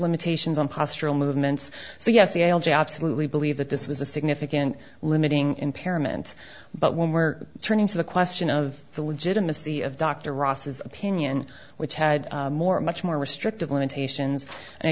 limitations on pastoral movements so yes the l g absolutely believe that this was a significant limiting impairment but when we were turning to the question of the legitimacy of dr ross's opinion which had more much more restrictive limitations and i